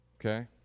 okay